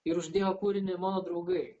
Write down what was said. ir uždėjo kūrinį mano draugai